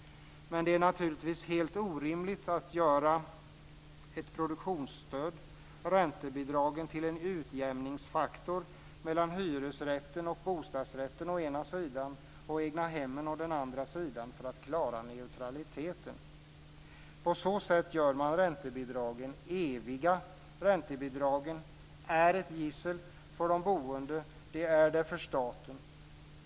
Men det är naturligtvis helt orimligt att göra produktionsstöden och räntebidragen till en utjämningsfaktor mellan hyresrätten och bostadsrätten å ena sidan och egnahemmen å den andra för att klara neutraliteten. På så sätt gör man räntebidragen eviga. Räntebidragen är ett gissel för de boende och även för staten.